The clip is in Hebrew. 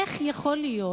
איך יכול להיות,